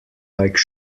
like